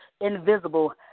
Invisible